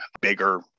bigger